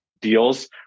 deals